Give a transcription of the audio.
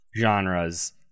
genres